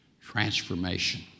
transformation